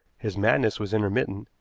his madness was intermittent,